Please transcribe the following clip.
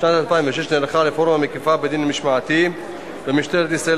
בשנת 2006 נערכה רפורמה מקיפה בדין המשמעתי במשטרת ישראל,